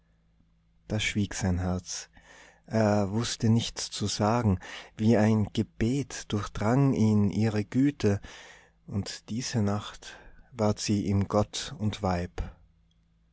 da schwieg sein herz er wußte nichts zu sagen wie ein gebet durchdrang ihn ihre güte und diese nacht ward sie ihm gott und weib